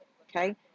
Okay